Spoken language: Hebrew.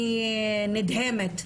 אני נדהמת.